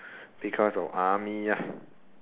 because of army ah